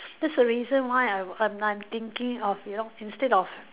that's the reason why I'm and I'm thinking of you know instead of